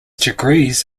degrees